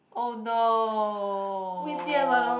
!oh no!